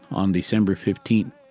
on december fifteenth.